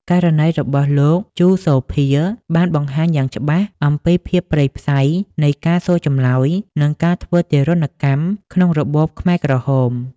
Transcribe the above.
ករណីរបស់លោក ជូ សូភា បានបង្ហាញយ៉ាងច្បាស់អំពីភាពព្រៃផ្សៃនៃការសួរចម្លើយ និងការធ្វើទារុណកម្មក្នុងរបបខ្មែរក្រហម។